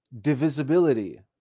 divisibility